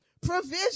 Provision